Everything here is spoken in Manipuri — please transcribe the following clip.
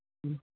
ꯎꯝ